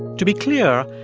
to be clear,